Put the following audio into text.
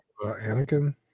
Anakin